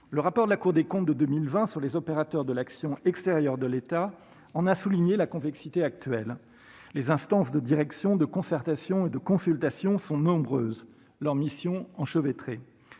des comptes, dans son rapport de 2020 sur les opérateurs de l'action extérieure de l'État, en a souligné la complexité actuelle. Les instances de direction, de concertation et de consultation sont nombreuses, leurs missions enchevêtrées.